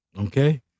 Okay